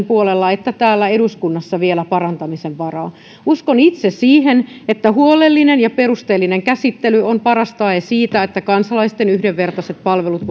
puolella että täällä eduskunnassa vielä parantamisen varaa uskon itse siihen että huolellinen ja perusteellinen käsittely on paras tae siitä että kansalaisten yhdenvertaiset palvelut